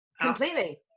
Completely